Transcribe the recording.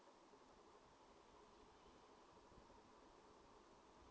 two